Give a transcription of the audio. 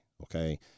Okay